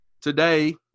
Today